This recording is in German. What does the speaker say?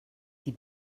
die